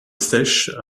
sèche